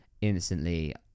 instantly